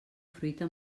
fruita